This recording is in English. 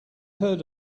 heard